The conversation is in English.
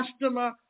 customer